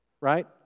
Right